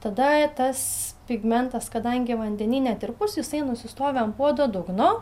tada tas pigmentas kadangi vandeny netirpus jisai nusistovi ant puodo dugno